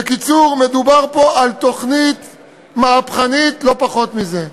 בקיצור, מדובר פה על תוכנית מהפכנית, לא פחות מזה.